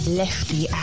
lefty